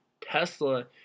Tesla